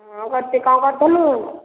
ହଁ କରିଛି କ'ଣ କରୁଥଲୁ